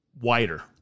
wider